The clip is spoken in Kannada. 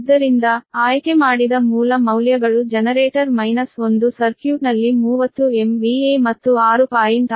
ಆದ್ದರಿಂದ ಆಯ್ಕೆಮಾಡಿದ ಮೂಲ ಮೌಲ್ಯಗಳು ಜನರೇಟರ್ 1 ಸರ್ಕ್ಯೂಟ್ನಲ್ಲಿ 30 MVA ಮತ್ತು 6